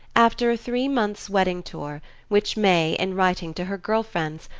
after a three months' wedding-tour which may, in writing to her girl friends,